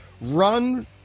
Run